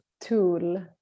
tool